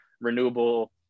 renewable